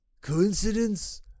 coincidence